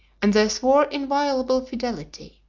and they swore inviolable fidelity.